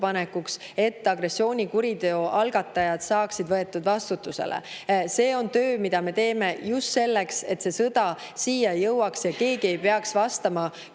et agressioonikuriteo algatajad saaksid vastutusele võetud. See on töö, mida me teeme just selleks, et see sõda siia ei jõuaks ja keegi ei peaks vastama